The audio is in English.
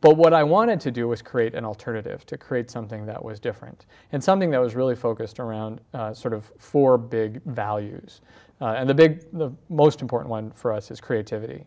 but what i wanted to do was create an alternative to create something that was different and something that was really focused around sort of four big values and the big the most important one for us is creativity